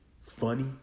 funny